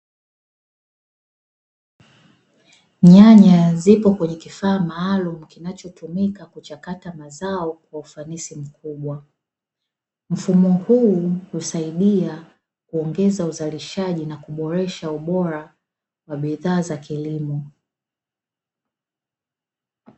Nyanya zipo kwenye kifaa maalumu kinachotumika kuchakata mazao kwa ufanisi mkubwa, mfumo huu husaidia kuongeza uzalishaji na kuboresha ubora wa bidhaa za kilimo.